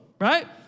right